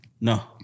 no